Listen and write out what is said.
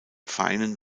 feinen